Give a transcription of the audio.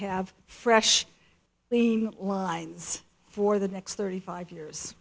have fresh clean lines for the next thirty five years